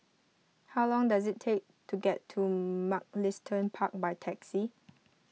how long does it take to get to Mugliston Park by taxi